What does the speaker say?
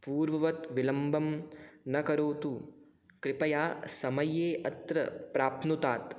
पूर्ववत् विलम्बं न करोतु कृपया समये अत्र प्राप्नुतात्